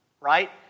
right